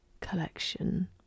collection